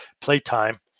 playtime